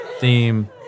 theme